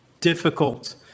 difficult